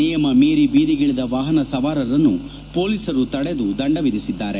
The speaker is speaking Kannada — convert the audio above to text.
ನಿಯಮ ಮೀರಿ ಬೀದಿಗಿಳಿದ ವಾಹನ ಸವಾರರನ್ನು ಪೊಲೀಸರು ತಡೆದು ದಂಡ ವಿಧಿಸಿದ್ದಾರೆ